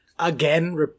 Again